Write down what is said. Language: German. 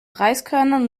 reiskörnern